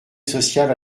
sociale